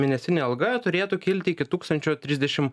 mėnesinė alga turėtų kilti iki tūkstančio trisdešim